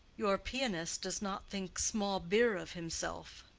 your pianist does not think small beer of himself.